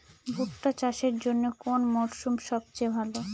ভুট্টা চাষের জন্যে কোন মরশুম সবচেয়ে ভালো?